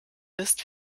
ist